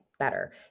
better